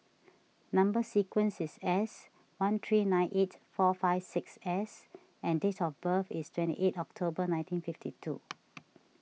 Number Sequence is S one three nine eight four five six S and date of birth is twenty eight October nineteen fifty two